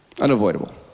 unavoidable